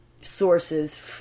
sources